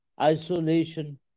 Isolation